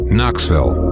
Knoxville